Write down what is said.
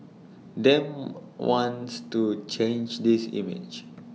Dem wants to change this image